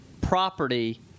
property